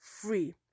free